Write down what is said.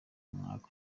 umwaka